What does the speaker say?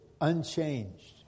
unchanged